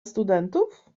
studentów